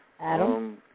Adam